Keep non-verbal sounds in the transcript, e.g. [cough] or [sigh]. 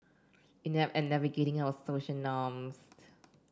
inept at navigating our social norms [unintelligible]